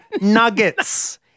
nuggets